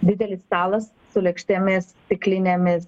didelis stalas su lėkštėmis stiklinėmis